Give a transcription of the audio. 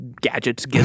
gadgets